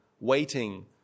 waiting